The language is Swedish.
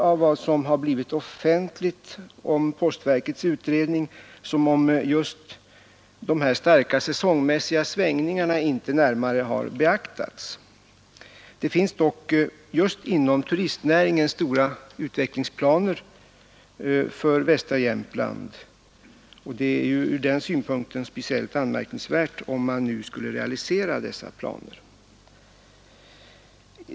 Av vad som har blivit offentligt om postverkets utredning förefaller det som om just de här starka säsongmässiga svängningarna inte närmare har beaktats. Inom turistnäringen finns det dock stora utvecklingsplaner för västra Jämtland, och det är ju ur den synpunkten speciellt anmärkningsvärt om postverket nu skulle realisera sina planer.